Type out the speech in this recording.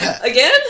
Again